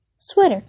sweater